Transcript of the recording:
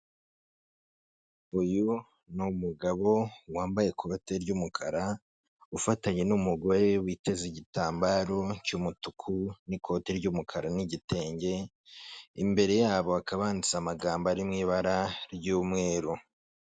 Uyu ni umugabo wambaye ikote ry'umukara, ufatanye n'umugore witeze igitambaro cy'umutuku, n'ikote ry'umukara n'igitenge, imbere yabo bakaba handitse amagambo ari mu ibara ry'umweru.